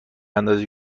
اندازه